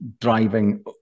driving